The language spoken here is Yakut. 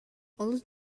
олус